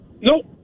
Nope